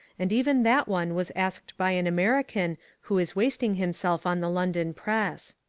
and even that one was asked by an american who is wasting himself on the london press.